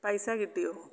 പൈസ കിട്ടിയോ